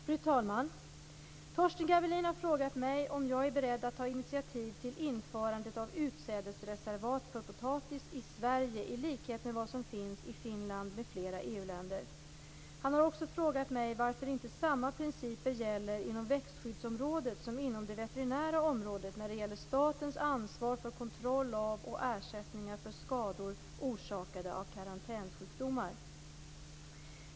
Fru talman! Torsten Gavelin har frågat mig om jag är beredd att ta initiativ till införandet av utsädesreservat för potatis i Sverige i likhet med vad som finns i Finland m.fl. EU-länder. Han har också frågat mig varför inte samma principer gäller inom växtskyddsområdet som inom det veterinära området när det gäller statens ansvar för kontroll av och ersättningar för skador orsakade av karantänsjukdomar.